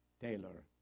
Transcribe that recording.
Taylor